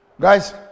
guys